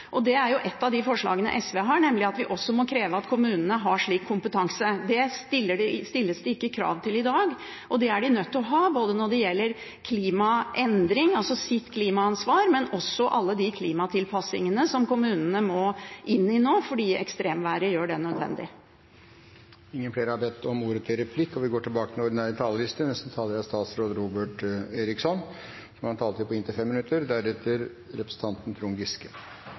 og et av de forslagene SV har, er at vi må kreve at kommunene har slik kompetanse. Det stilles det ikke krav til i dag, og det er de nødt til å ha, både på grunn av klimaendringer, altså ta klimaansvar, og også på grunn av alle de klimatilpasningene som kommunene må inn i nå fordi ekstremværet gjør det nødvendig. Replikkordskiftet er omme. Mange opplever økt ledighet, og utrygghet skapes for dem som blir rammet. Jeg har selv det siste året vært rundt og besøkt mange som har en